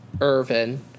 Irvin